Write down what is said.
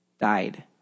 died